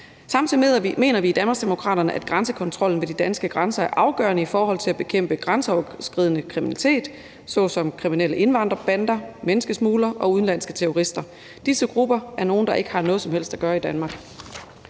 Samtidig mener vi i Danmarksdemokraterne, at grænsekontrollen ved de danske grænser er afgørende i forhold til at bekæmpe grænseoverskridende kriminalitet såsom den, der begås af kriminelle indvandrerbander, menneskesmuglere og udenlandske terrorister. Disse grupper er nogle, der ikke har noget som helst at gøre i Danmark.